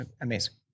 amazing